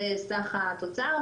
זה סך התוצר,